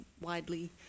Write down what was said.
widely